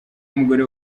umugore